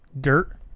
dirt